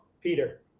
Peter